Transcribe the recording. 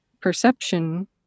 perception